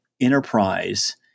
enterprise